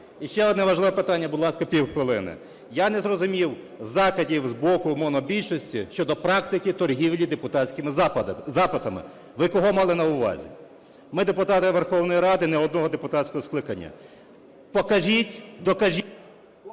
І ще одне важливе питання. Будь ласка, півхвилини. Я не зрозумів закидів з боку монобільшості щодо практики торгівлі депутатськими запитами. Ви кого мали на увазі? Ми депутати Верховної Ради не одного депутатського скликання. Покажіть, докажіть…